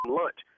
lunch